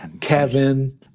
Kevin